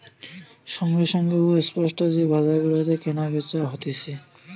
সঙ্গে সঙ্গে ও স্পট যে বাজার গুলাতে কেনা বেচা হতিছে